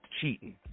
cheating